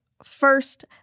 First